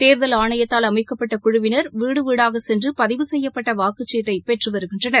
தேர்தல் ஆணையத்தால் அமைக்கப்பட்ட குழுவினர் வீடு வீடாக சென்று பதிவு செய்யப்பட்ட வாக்குச்சீட்டை பெற்று வருகின்றனர்